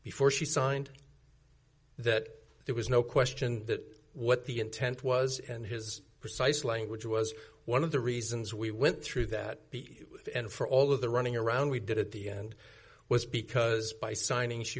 before she signed that there was no question that what the intent was and his precise language was one of the reasons we went through that and for all of the running around we did at the end was because by signing she